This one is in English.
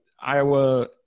Iowa